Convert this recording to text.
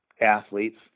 athletes